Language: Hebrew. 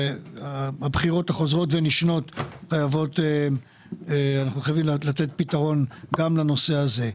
והבחירות החוזרות ונשנות מחייבות לתת פתרון גם לנושא הזה.